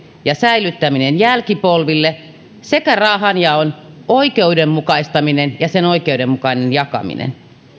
ja säilyttäminen jälkipolville sekä rahanjaon oikeudenmukaistaminen ja sen oikeudenmukainen jakaminen